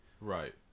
right